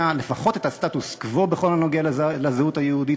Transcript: לפחות את הסטטוס-קוו בכל הנוגע לזהות היהודית.